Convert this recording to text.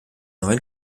neuen